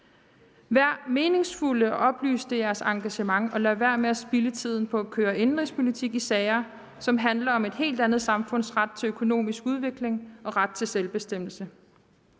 være meningsfulde og oplyste i deres engagement og lade være med at spilde tiden på at køre indenrigspolitik i sager, som handler om et helt andet samfunds ret til økonomisk udvikling og ret til selvbestemmelse.